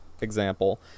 example